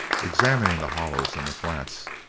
examining the hollows and the flats,